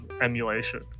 emulation